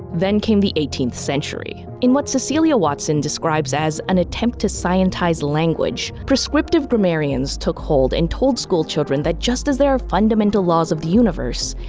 then came the eighteenth century. in what cecelia watson describes as an attempt to scientize language. prescriptive grammarians took hold and told school children that just as there're fundamental laws of the universe,